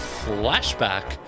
flashback